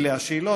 אלה השאלות.